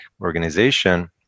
organization